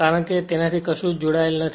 કારણ કે તેનાથી કશું જ જોડાયેલ નથી